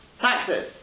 taxes